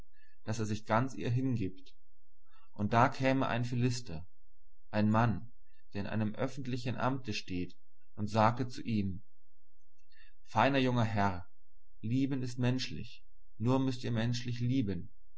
daß er sich ganz ihr hingibt und da käme ein philister ein mann der in einem öffentlichen amte steht und sagte zu ihm feiner junger herr lieben ist menschlich nur müßt ihr menschlich lieben